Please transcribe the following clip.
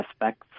aspects